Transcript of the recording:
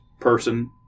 person